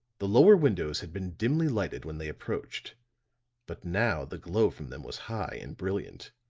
the lower windows had been dimly lighted when they approached but now the glow from them was high and brilliant.